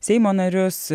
seimo narius